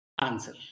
answer